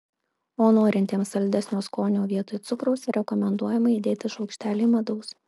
o norintiems saldesnio skonio vietoj cukraus rekomenduojama įdėti šaukštelį medaus